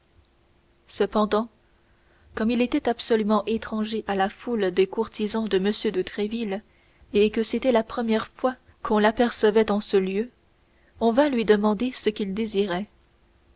cependant comme il était absolument étranger à la foule des courtisans de m de tréville et que c'était la première fois qu'on l'apercevait en ce lieu on vint lui demander ce qu'il désirait